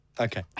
Okay